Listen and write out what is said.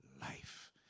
life